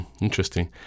Interesting